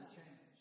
change